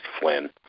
Flynn